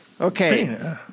Okay